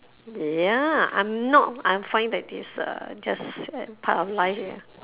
ya I'm not I'm fine that this uh just a part of life